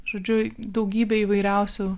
žudžiui daugybę įvairiausių